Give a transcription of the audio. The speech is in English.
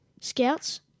Scouts